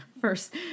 first